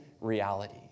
reality